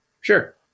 Sure